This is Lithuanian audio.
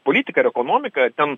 politika ir ekonomika ten